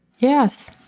yes,